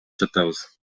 жатабыз